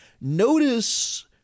Notice